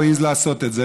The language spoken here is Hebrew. הוא העז לעשות את זה,